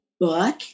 book